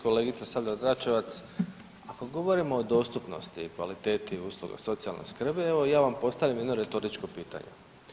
Kolegice Sabljar Dračevac, kad govorimo o dostupnosti i kvaliteti usluga socijalne skrbi, evo ja vam postavljam jedno retoričko pitanje.